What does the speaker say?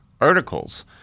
articles